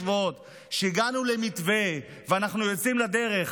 שבועות שהגענו למתווה ואנחנו יוצאים לדרך,